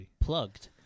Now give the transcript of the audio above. Plugged